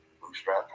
Bootstrap